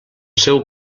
seu